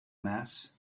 mass